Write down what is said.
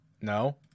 No